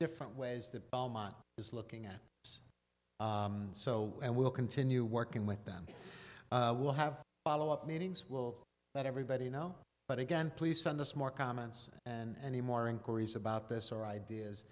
different ways that belmont is looking at so and we'll continue working with them we'll have follow up meetings will let everybody know but again please send us more comments and any more inquiries about this our ideas